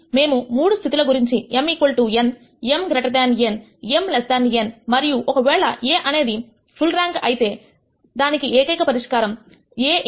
మేము మూడు స్థితులు గురించి m nm గ్రేటర్ థన్ nmలెస్ థన్ n మరియు ఒకవేళ A అనేది ఫుల్ రాంక్ అయితే దానికి ఏకైక పరిష్కారం A 1b